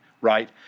right